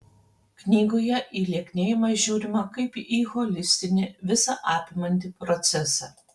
knygoje į lieknėjimą žiūrima kaip į holistinį visą apimantį procesą